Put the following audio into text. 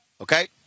Okay